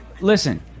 Listen